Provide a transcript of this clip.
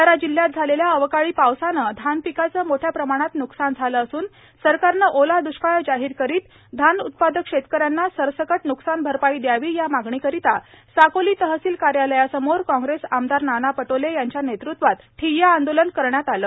भंडारा जिल्ह्यात झालेल्या अवकाळी पावसाने धान पिकाचे मोठ्या प्रमाणात न्कसान झाले असून सरकारने ओला द्ष्काळ जाहीर करीत धान उत्पादक शेतकऱ्यांना सरसकट न्कसान भरपाई द्यावी या मागणी करिता साकोली तहसील कार्यालय समोर काँग्रेस आमदार नाना पटोले यांचा नेतृत्वात ठिय्या आंदोलन करण्यात करण्यात आले